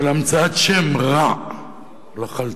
של המצאת שם רע לחלטורה.